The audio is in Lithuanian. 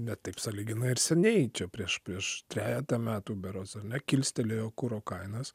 bet taip sąlyginai ar seniai čia prieš prieš trejetą metų berods ar ne kilstelėjo kuro kainas